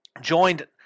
joined